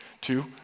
two